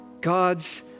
God's